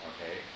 Okay